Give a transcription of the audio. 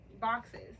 boxes